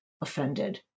offended